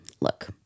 look